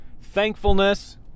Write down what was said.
thankfulness